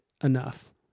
enough